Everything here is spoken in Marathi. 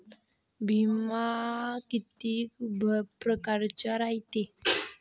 बिमा कितीक परकारचा रायते?